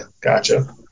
gotcha